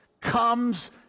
comes